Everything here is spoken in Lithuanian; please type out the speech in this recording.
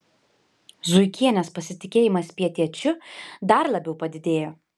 zuikienės pasitikėjimas pietiečiu dar labiau padidėjo